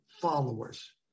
followers